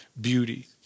beauty